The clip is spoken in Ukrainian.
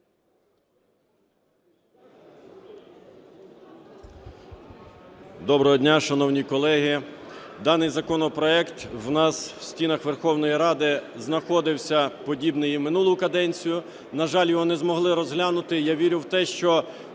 Доброго дня, шановні колеги! Даний законопроект в нас, в стінах Верховної Ради, знаходився подібний і в минулу каденцію. На жаль, його не змогли розглянути. Я вірю в те, що